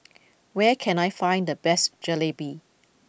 where can I find the best Jalebi